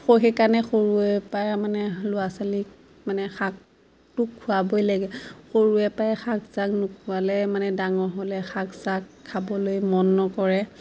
স সেইকাৰণে সৰুৰে পৰাই মানে ল'ৰা ছোৱালীক মানে শাকটো খোৱাবই লাগে সৰুৰে পৰাই শাক চাক নোখোৱালে মানে ডাঙৰ হ'লে শাক চাক খাবলৈ মন নকৰে